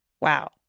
Wow